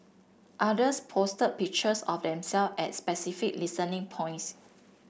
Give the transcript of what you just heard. others posted pictures of themselves at specific listening points